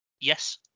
Yes